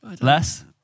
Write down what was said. Less